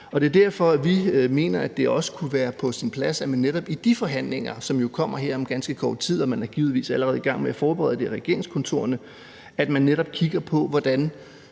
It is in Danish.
Det er derfor, vi mener, at det også kunne være på sin plads, at der netop i de forhandlinger, som jo kommer her om ganske kort tid – og man er givetvis allerede i gang med at forberede dem i regeringskontorerne – bliver kigget på, hvordan